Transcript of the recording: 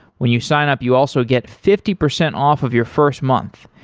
when you sign up, you also get fifty percent off of your first month.